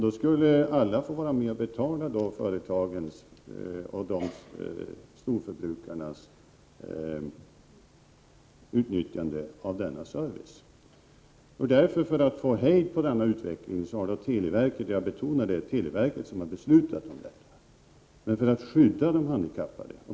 Då skulle alla få vara med och betala storförbrukarnas utnyttjande av denna service. För att få hejd på denna utveckling har televerket självt — jag betonar detta — fattat detta beslut för att hjälpa de handikappade.